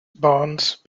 barns